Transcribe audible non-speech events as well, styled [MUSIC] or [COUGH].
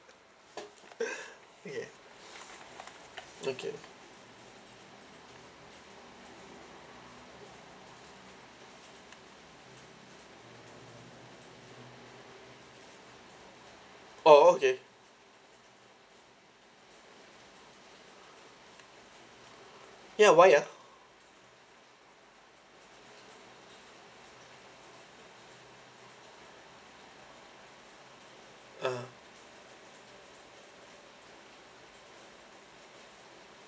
[LAUGHS] ya okay oh okay ya why ah (uh huh)